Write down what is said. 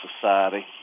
society